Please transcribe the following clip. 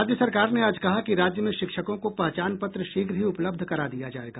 राज्य सरकार ने आज कहा कि राज्य में शिक्षकों को पहचान पत्र शीघ्र ही उपलब्ध करा दिया जायेगा